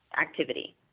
activity